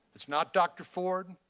it is not doctor ford.